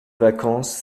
vacances